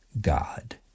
god